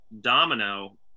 Domino